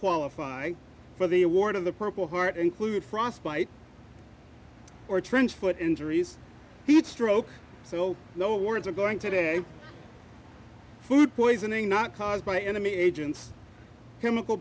qualify for the award of the purple heart include frostbite or trench foot injuries heat stroke so no warrants are going today food poisoning not caused by enemy agents chemical